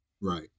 Right